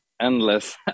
endless